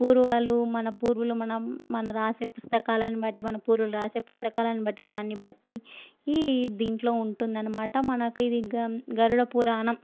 పూర్వలు మన పూర్వులు మనం మన రాసే పుస్తకాలను బట్టి మన పూర్వులు వ్రాసే పుస్తకాలను బట్టి దాన్నిబట్టి ఈ దీంట్లో ఉంటుంది అన్నమాట మనకు ఇది గ గరుడ పురాణం